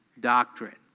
doctrine